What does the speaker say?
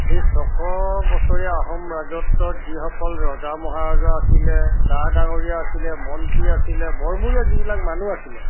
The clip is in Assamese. সেই ছশ বছৰীয়া আহোম ৰাজত্বত যিসকল ৰজা মহাৰজা আছিলে ডা ডাঙৰীয়া আছিলে মন্ত্ৰী আছিলে বৰমূৰীয়া যিবিলাক মানুহ আছিলে